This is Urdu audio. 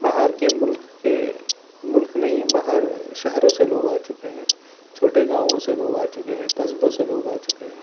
باہر کے ملک کے ملک نہیں باہر شہروں سے لوگ آ چکے ہیں چھوٹے گاؤں سے لوگ آ چکے ہیں قصبوں سے لوگ آ چکے ہیں